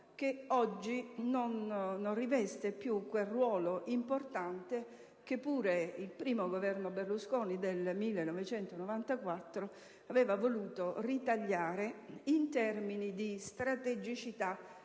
che oggi non riveste più quel ruolo importante che lo stesso I Governo Berlusconi del 1994 aveva voluto ritagliare in termini di strategicità